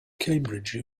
cambridge